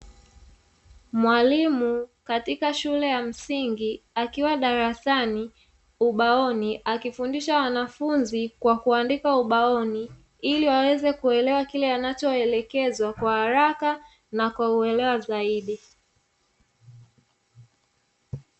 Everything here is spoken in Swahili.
Mwalimu katika shule ya msingi akiwa darasani ubaoni akifundisha wanafunzi kwa kuandika ubaoni, ili waweze kuelewa kile anacho waelekeza kwa haraka na kwa uelewa zaidi.